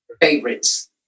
favorites